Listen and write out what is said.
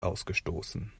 ausgestoßen